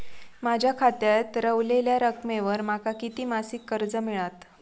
माझ्या खात्यात रव्हलेल्या रकमेवर माका किती मासिक कर्ज मिळात?